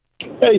Hey